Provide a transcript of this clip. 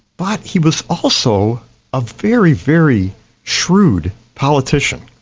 but he was also a very, very shrewd politician.